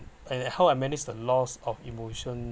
and how I manage the loss of emotion